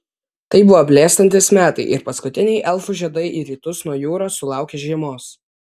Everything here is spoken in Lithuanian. tai buvo blėstantys metai ir paskutiniai elfų žiedai į rytus nuo jūros sulaukė žiemos